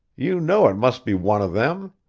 you know it must be one of them.